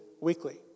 weekly